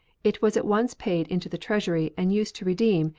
it was at once paid into the treasury, and used to redeem,